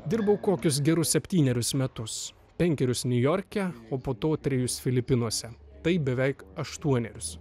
dirbau kokius gerus septynerius metus penkerius niujorke o po to trejus filipinuose tai beveik aštuonerius